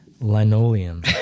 Linoleum